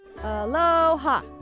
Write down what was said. Aloha